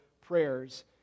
prayers